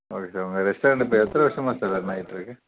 okay sir உங்கள் restaurant இப்போ எத்தனை வருஷமாக சார் ரன் ஆயிட்ருக்குது